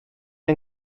yng